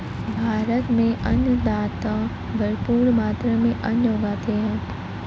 भारत में अन्नदाता भरपूर मात्रा में अन्न उगाते हैं